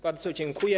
Bardzo dziękuję.